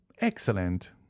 Excellent